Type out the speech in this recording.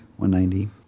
$190